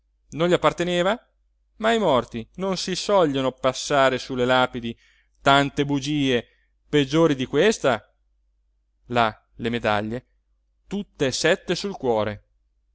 non gli apparteneva ma ai morti non si sogliono passare sulle lapidi tante bugie peggiori di questa là le medaglie tutt'e sette sul cuore